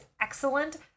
excellent